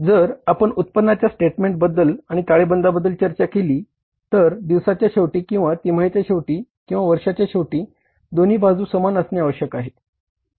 जर आपण उत्पन्नाच्या स्टेटमेंटबद्दल आणि ताळेबंदबद्दल चर्चा केली तर दिवसाच्या शेवटी किंवा तिमाहीच्या शेवटी किंवा वर्षाच्या शेवटी दोन्ही बाजू समान असणे आवश्यक आहे